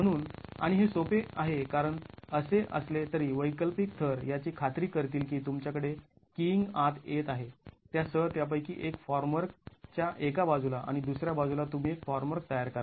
म्हणून आणि हे सोपे आहे कारण असे असले तरी वैकल्पिक थर याची खात्री करतील की तुमच्याकडे किईंग आत येत आहे त्या सह त्यापैकी एक फॉर्मवर्क च्या एका बाजूला आणि दुसऱ्या बाजूला तुम्ही एक फॉर्मवर्क तयार करा